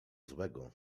złego